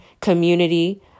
community